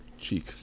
Cheek